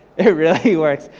it really works.